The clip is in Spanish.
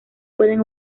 pueden